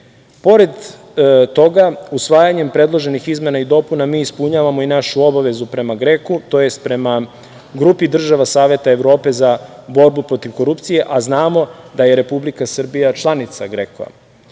toga, usvajanjem predloženih izmena i dopuna mi ispunjavamo i našu obavezu prema GREKO, tj. prema grupi država Saveta Evrope za borbu protiv korupcije, a znamo da je Republika Srbija članica GREKO.